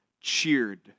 cheered